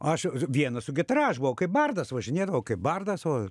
aš vienas su gitara aš buvau kaip bardas važinėdavau kaip bardas va